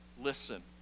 Listen